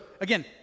again